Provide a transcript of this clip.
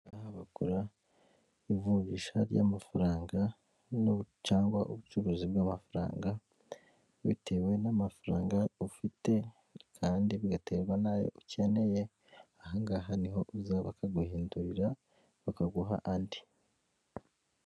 Aha ngaha bakora ivunjisha ry'amafaranga cyangwa ubucuruzi bw'amafaranga, bitewe n'amafaranga ufite kandi bigaterwa n'ayo ukeneye, aha ngaha ni ho uza bakaguhindurira, bakaguha andi.